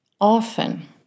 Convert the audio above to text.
often